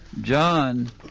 John